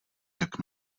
tak